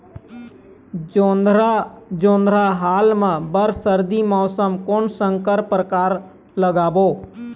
जोंधरा जोन्धरा हाल मा बर सर्दी मौसम कोन संकर परकार लगाबो?